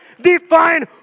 define